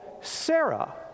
Sarah